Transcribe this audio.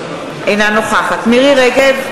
אינה נוכחת מירי רגב,